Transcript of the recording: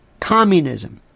communism